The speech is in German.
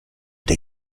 der